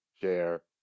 share